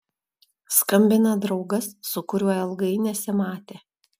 skambina draugas su kuriuo ilgai nesimatė